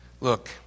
Look